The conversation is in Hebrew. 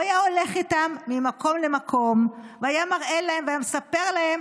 והוא היה הולך איתם ממקום למקום והיה מראה להם והיה מספר להם